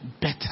better